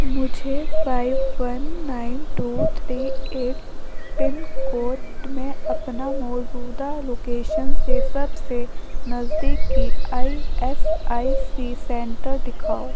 مجھے five one nine two three eight pin code میں اپنا موجودہ لوکیشن سے سب سے نزدیک کی I S I C centre دکھاؤ